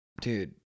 dude